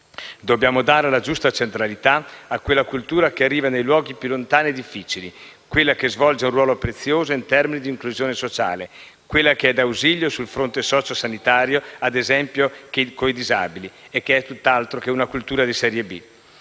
Dobbiamo dare la giusta centralità a quella cultura che arriva nei luoghi più lontani o difficili, quella che svolge un ruolo prezioso in termini di inclusione sociale, quella che è d'ausilio sul fronte sociosanitario, ad esempio coi disabili, e che è tutt'altro che una cultura di serie b.